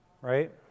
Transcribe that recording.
right